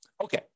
Okay